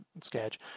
sketch